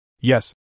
Yes